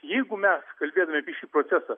jeigu mes kalbėtume apie šį procesą